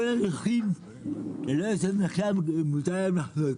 כל הנכים ללא יוצא מן הכלל מותר להם לחנות.